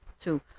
Two